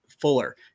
fuller